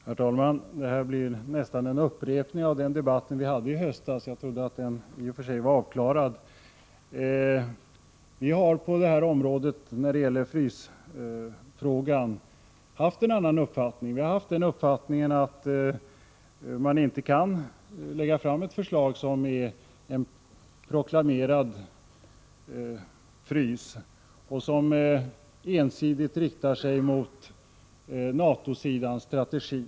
Herr talman! Det här blir nästan en upprepning av den debatt vi hade i höstas. Jag trodde att den i och för sig var avklarad. När det gäller frysfrågan har vi den uppfattningen att man inte kan lägga fram ett förslag som är en ”proklamerad frys” och som ensidigt riktar sig mot NATO-sidans strategi.